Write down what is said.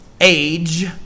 age